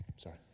Sorry